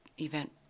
event